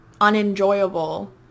unenjoyable